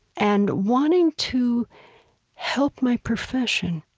and wanting to help my profession,